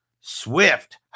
Swift